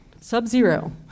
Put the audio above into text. sub-zero